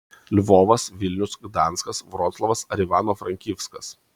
lvovas vilnius gdanskas vroclavas ar ivano frankivskas